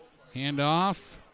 Handoff